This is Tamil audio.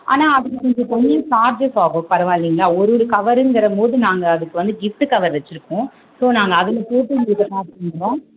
ஆனால் அதுக்கு கொஞ்சம் தனி சார்ஜஸ் ஆகும் பரவாயில்லைங்களா ஒரு ஒரு கவருங்கறம்போது நாங்கள் அதுக்கு வந்து கிஃப்ட்டு கவரு வச்சுருக்கோம் ஸோ நாங்கள் அதில் போட்டு உங்களுக்கு பேக் பண்ணுவோம்